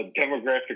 demographic